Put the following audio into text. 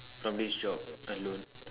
from this job alone